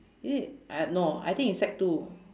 is it I no I think is sec two